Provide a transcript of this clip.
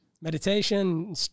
Meditation